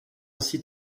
ainsi